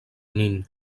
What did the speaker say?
nin